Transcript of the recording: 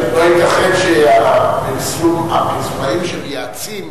לא ייתכן שהפרסומאים שמייעצים